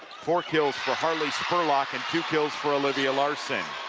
four kills for harley spurlock. and two kills for olivia larsen.